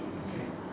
okay